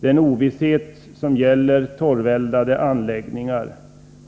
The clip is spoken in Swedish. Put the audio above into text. Den ovisshet som gäller torveldade anläggningar